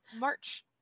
March